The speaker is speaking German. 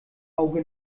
auge